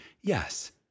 Yes